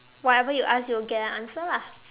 whatever you ask you will get an answer lah